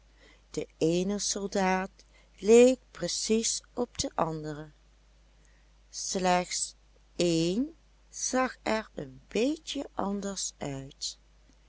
de eene soldaat leek precies op den anderen slechts één zag er een beetje anders uit